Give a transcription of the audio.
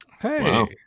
Hey